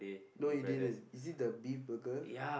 no you didn't is it the beef burger